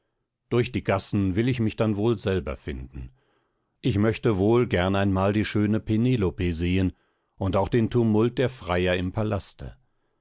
durch die gassen will ich mich dann wohl selber finden ich möchte wohl gern einmal die schöne penelope sehen und auch den tumult der freier im palaste